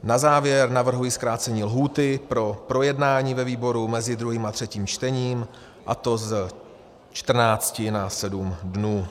Na závěr navrhuji zkrácení lhůty pro projednání ve výboru mezi druhým a třetím čtením, a to z 14 na 7 dnů.